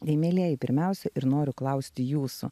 tai mielieji pirmiausia ir noriu klausti jūsų